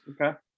okay